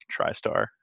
TriStar